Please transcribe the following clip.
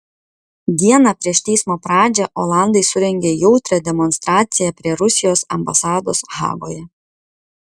dieną prieš teismo pradžią olandai surengė jautrią demonstraciją prie rusijos ambasados hagoje